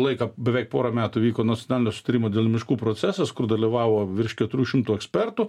laiką beveik porą metų vyko nacionalinio sutarimo dėl miškų procesas kur dalyvavo virš keturių šimtų ekspertų